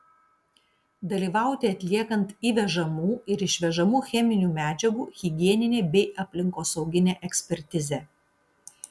dalyvauti atliekant įvežamų ir išvežamų cheminių medžiagų higieninę bei aplinkosauginę ekspertizę